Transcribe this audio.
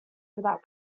without